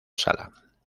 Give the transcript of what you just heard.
sala